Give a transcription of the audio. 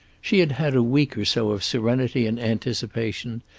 she had had a week or so of serenity and anticipation,